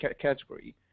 category